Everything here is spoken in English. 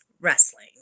wrestling